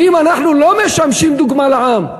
ואם אנחנו לא משמשים דוגמה לעם,